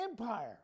Empire